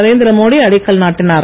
நரேந்திரமோடி அடிக்கல் நாட்டினார்